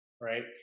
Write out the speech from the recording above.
right